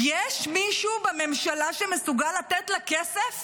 יש מישהו בממשלה שמסוגל לתת לה כסף